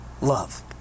love